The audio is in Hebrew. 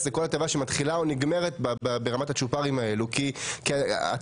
לכל הטבה שמתחילה או נגמרת ברמת הצ'ופרים האלה כי התוצאה